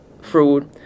fruit